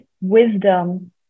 wisdom